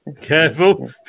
careful